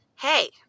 hey